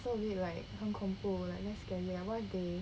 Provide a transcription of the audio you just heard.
so a bit like 很恐怖 like very scary lah what if they